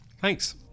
Thanks